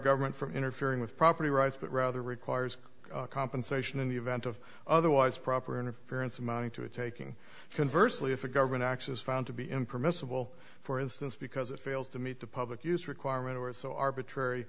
government for interfering with property rights but rather requires compensation in the event of otherwise proper interference amounting to a taking converse lee if a government action is found to be impermissible for instance because it fails to meet the public use requirement or so arbitrary